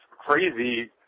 crazy